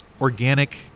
organic